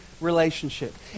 relationship